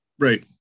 Right